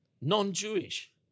non-Jewish